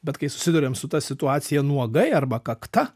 bet kai susiduriam su ta situacija nuogai arba kakta